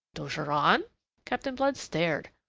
d'ogeron? captain blood stared.